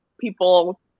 people